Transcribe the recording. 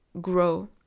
grow